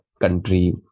country